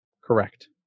Correct